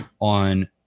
on